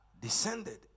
descended